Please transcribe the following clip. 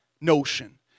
notion